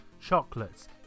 chocolates